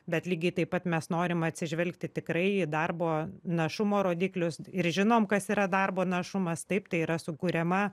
bet lygiai taip pat mes norim atsižvelgti tikrai į darbo našumo rodiklius ir žinom kas yra darbo našumas taip tai yra sukuriama